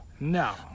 no